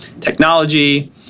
technology